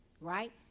right